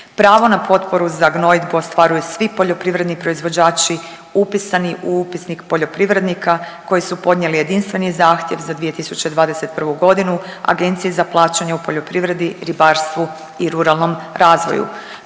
Pravo na potporu za gnojidbu ostvaruju svi poljoprivredni proizvođači upisani u upisnik poljoprivrednika koji su podnijeli jedinstveni zahtjev za 2021. g. Agenciji za plaćanje u poljoprivredi, ribarstvu i ruralnom razvoju.